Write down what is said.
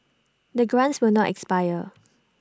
the grants will not expire